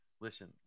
listen